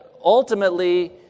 ultimately